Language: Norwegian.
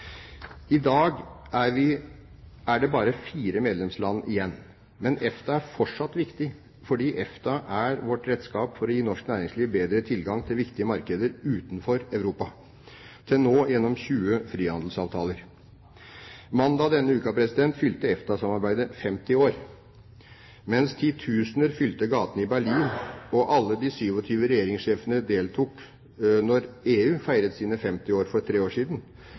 I dag er det bare fire medlemsland igjen. Men EFTA er fortsatt viktig, fordi EFTA er vårt redskap for å gi norsk næringsliv bedre tilgang til viktige markeder utenfor Europa – til nå gjennom 20 frihandelsavtaler. Mandag denne uka fylte EFTA-samarbeidet 50 år. Mens titusener fylte gatene i Berlin og alle de 27 regjeringssjefene deltok da EU feiret sine 50 år for tre år siden,